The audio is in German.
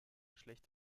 schlecht